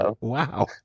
wow